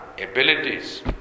abilities